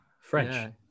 French